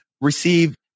receive